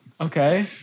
Okay